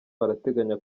barateganya